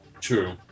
True